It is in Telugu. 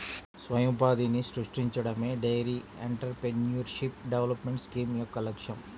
స్వయం ఉపాధిని సృష్టించడమే డెయిరీ ఎంటర్ప్రెన్యూర్షిప్ డెవలప్మెంట్ స్కీమ్ యొక్క లక్ష్యం